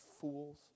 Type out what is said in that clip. fools